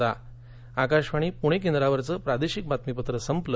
ाकाशवाणी पुणे केंद्रावरचं प्रादेशिक बातमीपत्र संपलं